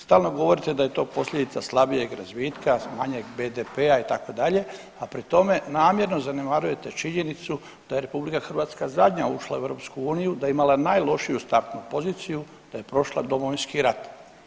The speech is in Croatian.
Stalno govorite da je to posljedica slabijeg razvitka, manjeg BDP-a itd., a pri tome namjerno zanemarujete činjenicu da je RH zadnja ušla u EU da je imala najlošiju startnu poziciju, da je prošla Domovinski rad.